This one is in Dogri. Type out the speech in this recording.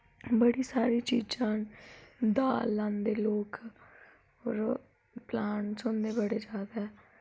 बड़ी सारी चीजां न दाल लांदे लोक होर प्लांट्स होंदे बड़े जैदा